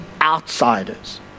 outsiders